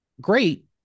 Great